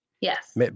Yes